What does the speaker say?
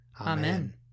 Amen